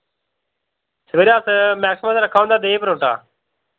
सवेरै अस मैक्सिमम ते रक्खेआ होंदा देहीं परोंठा